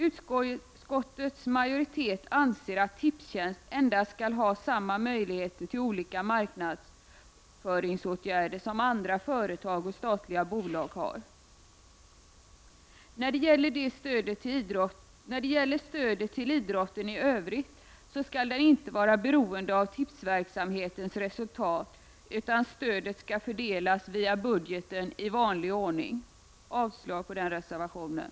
Utskottets majoritet anser att Tipstjänst endast skall ha samma möjligheter till olika marknadsföringsåtgärder som andra företag och statliga bolag har. När det gäller stödet till idrotten i övrigt skall det inte vara beroende av Tipstjänstsverksamhetens resultat, utan stödet skall fördelas via budgeten i vanlig ordning. Jag yrkar avslag på reservationen.